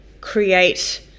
create